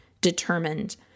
determined